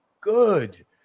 good